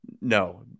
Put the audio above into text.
no